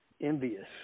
envious